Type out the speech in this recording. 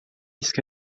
ska